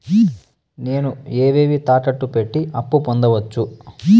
నేను ఏవేవి తాకట్టు పెట్టి అప్పు పొందవచ్చు?